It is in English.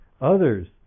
others